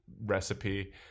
recipe